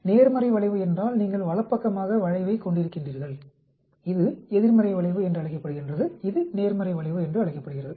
நேர்மறை வளைவு என்றால் நீங்கள் வலப்பக்கமாக வளைவைக் கொண்டிருக்கின்றீர்கள் இது எதிர்மறை வளைவு என்று அழைக்கப்படுகிறது இது நேர்மறை வளைவு என்று அழைக்கப்படுகிறது